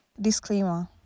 Disclaimer